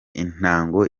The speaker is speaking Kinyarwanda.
intango